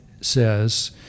says